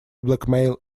blackmail